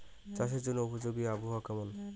চাষের জন্য উপযোগী আবহাওয়া কেমন?